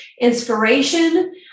inspiration